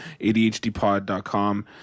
adhdpod.com